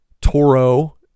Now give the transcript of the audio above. Toro